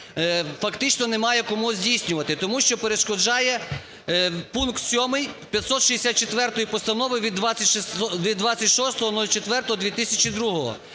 фактично немає кому здійснювати, тому що перешкоджає пункт сьомий 564 Постанови від 26.04.2002.